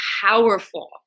powerful